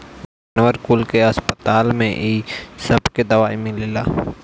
जानवर कुल के अस्पताल में इ सबके दवाई मिलेला